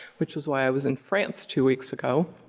which was why i was in france two weeks ago.